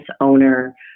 owner